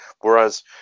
Whereas